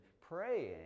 praying